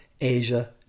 Asia